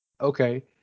Okay